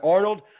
Arnold